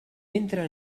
entra